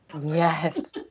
Yes